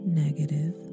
negative